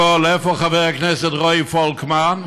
איפה חבר הכנסת רועי פולקמן,